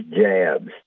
jabs